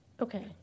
Okay